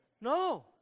No